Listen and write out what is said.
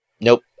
nope